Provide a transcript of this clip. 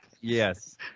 Yes